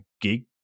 gig